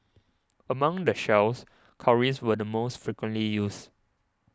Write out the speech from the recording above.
among the shells cowries were the most frequently used